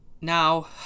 Now